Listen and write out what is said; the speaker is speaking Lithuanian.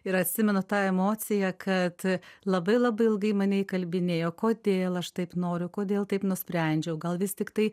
ir atsimenu tą emociją kad labai labai ilgai mane įkalbinėjo kodėl aš taip noriu kodėl taip nusprendžiau gal vis tiktai